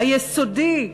היסודי,